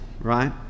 right